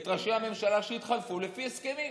את ראשי הממשלה שהתחלפו לפי הסכמים.